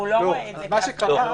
הוא לא רואה את זה ככה.